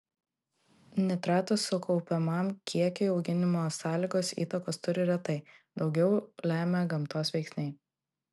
nitratų sukaupiamam kiekiui auginimo sąlygos įtakos turi retai daugiau lemia gamtos veiksniai